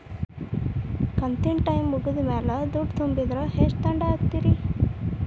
ಕಂತಿನ ಟೈಮ್ ಮುಗಿದ ಮ್ಯಾಲ್ ದುಡ್ಡು ತುಂಬಿದ್ರ, ಎಷ್ಟ ದಂಡ ಹಾಕ್ತೇರಿ?